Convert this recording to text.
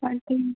हां जी